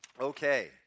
Okay